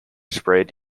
spread